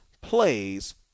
plays